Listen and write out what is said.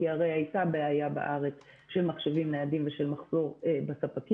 כי הרי הייתה בעיה בארץ של מחשבים ניידים ושל מחסור בספקים,